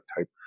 type